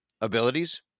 abilities